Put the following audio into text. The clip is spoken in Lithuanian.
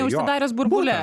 neužsidaręs burbule